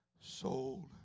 sold